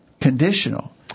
conditional